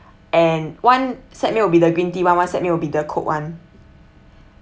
and one set meal will be the green tea one~ one set meal will be the coke one